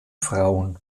frauen